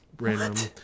random